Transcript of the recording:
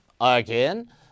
again